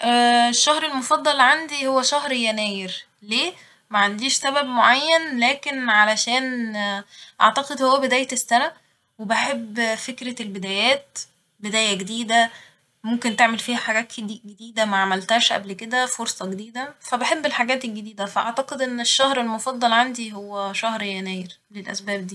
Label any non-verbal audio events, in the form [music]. الشهر المفضل عندي هو شهر يناير ، ليه ؟ معنديش سبب معين لكن علشان [hesitation] أعتقد هو بداية السنة وبحب فكرة البدايات ، بداية جديدة ، ممكن تعمل فيها حاجات ك- جديدة معملتهاش قبل كده ، فرصة جديدة فبحب الحاجات الجديدة فأعتقد إن الشهر المفضل عندي هو شهر يناير للأسباب دي